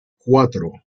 cuatro